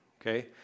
okay